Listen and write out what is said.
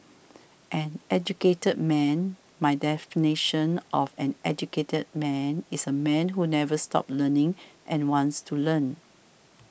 an educated man my definition of an educated man is a man who never stops learning and wants to learn